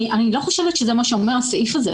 אני לא חושבת שזה מה שאומר הסעיף הזה.